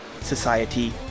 society